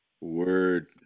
Word